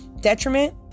detriment